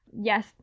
yes